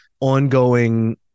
ongoing